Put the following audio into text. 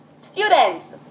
Students